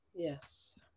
Yes